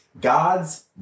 God's